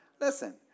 Listen